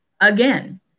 again